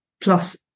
plus